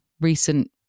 recent